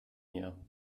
mir